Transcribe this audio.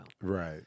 Right